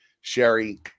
sherry